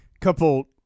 couple